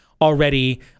already